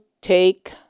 take